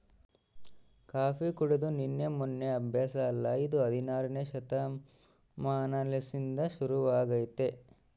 coffee ಕುಡೆದು ನಿನ್ನೆ ಮೆನ್ನೆ ಅಭ್ಯಾಸ ಅಲ್ಲ ಇದು ಹದಿನಾರನೇ ಶತಮಾನಲಿಸಿಂದ ಶುರುವಾಗೆತೆ